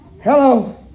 Hello